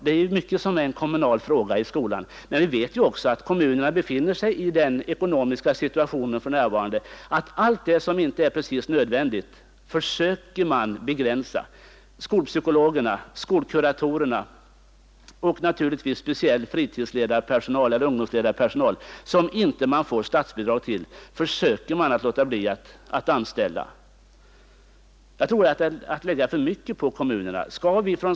Det är mycket som är kommunala frågor i skolan, men vi vet ju också att kommunerna för närvarande befinner sig i en sådan ekonomisk situation att allt det som inte är alldeles nödvändigt försöker man begränsa. Skolpsykologerna, skolkuratorerna och naturligtvis speciell fritidsledarpersonal eller ungdomsledarpersonal, som man inte får statsbidrag till, försöker man låta bli att anställa. Jag tror det är att lägga för mycket på kommunerna.